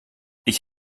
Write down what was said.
ich